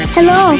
Hello